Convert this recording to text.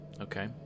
okay